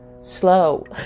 slow